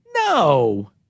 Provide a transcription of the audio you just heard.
No